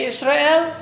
Israel